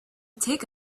take